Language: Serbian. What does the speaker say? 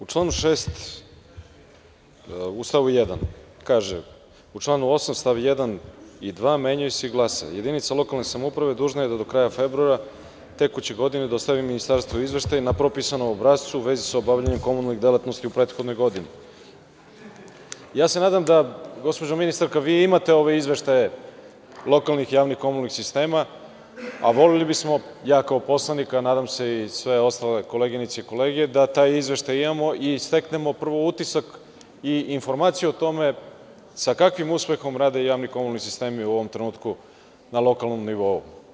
U članu 6. u stavu 1. kaže: „U članu 8. st. 1. i 2. menjaju se i glase – jedinica lokalne samouprave dužna je da do kraja februara tekuće godine dostavi Ministarstvu izveštaj na propisanom obrascu, u vezi sa obavljanjem komunalne delatnosti u prethodnoj godini.“ Nadam se da, gospođo ministarka, vi imate ove izveštaje lokalnih javnih komunalnih sistema, a voleli bismo, ja kao poslanik, a nadam se i sve ostale koleginice i kolege, da taj izveštaj imamo i steknemo prvo utisak i informaciju o tome sa kakvim uspehom rade javni komunalni sistemi u ovom trenutku na lokalnom nivou.